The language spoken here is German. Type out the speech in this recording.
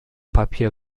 papier